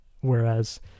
whereas